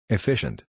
Efficient